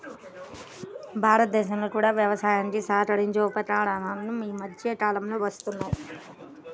భారతదేశంలో కూడా వ్యవసాయానికి సహకరించే ఉపకరణాలు ఈ మధ్య కాలంలో వస్తున్నాయి